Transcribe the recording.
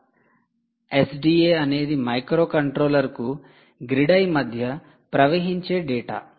'SDA' అనేది మైక్రోకంట్రోలర్కు 'grid eye' మధ్య ప్రవహించే డేటా